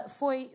foi